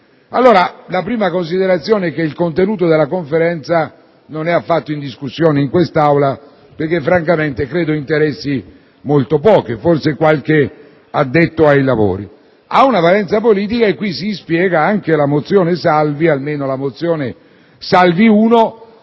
pace. La prima considerazione è che il contenuto della Conferenza non è affatto in discussione in quest'Aula, perché francamente credo interessi molto poco, e forse solamente a qualche addetto ai lavori. Ha invece una valenza politica, e qui si spiega anche la mozione Salvi, almeno la mozione Salvi